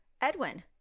Edwin